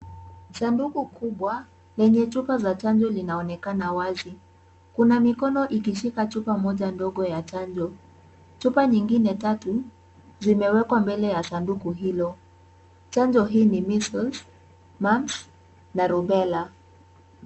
Sanduku kubwa, lenye chupa za chanjo linaonekana wazi. Kuna mikono ikishika chupa moja ndogo ya chanjo. Chupa nyingine tatu zimewekwa mbele ya sanduku hilo. Chanjo hii ni measles, mumps , na rubella .